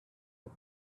who